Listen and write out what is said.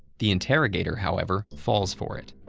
the interrogator, however, falls for it.